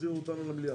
יחזירו אותנו למליאה.